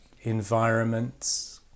environments